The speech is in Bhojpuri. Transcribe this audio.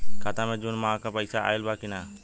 खाता मे जून माह क पैसा आईल बा की ना?